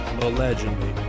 allegedly